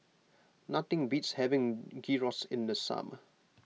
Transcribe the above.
nothing beats having Gyros in the summer